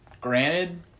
Granted